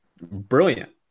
brilliant